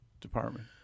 department